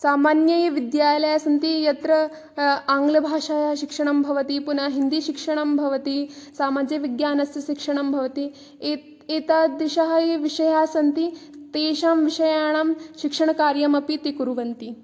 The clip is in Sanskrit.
सामान्ये विद्यालयाः सन्ति यत्र आङ्ग्लभाषायाः शिक्षणं भवति पुनः हिन्दीशिक्षणं भवति समाजविज्ञानस्य शिक्षणं भवति एतादृशाः ये विषयाः सन्ति तेषां विषयाणां शिक्षणकार्यमपि ते कुर्वन्ति